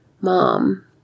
Mom